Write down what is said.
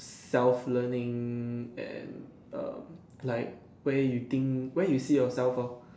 self learning and um like where you think where you see yourself off